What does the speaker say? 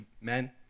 men